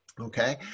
okay